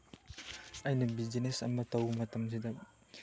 ꯑꯩꯅ ꯕꯤꯖꯤꯅꯦꯁ ꯑꯃ ꯇꯧꯕ ꯃꯇꯝꯁꯤꯗ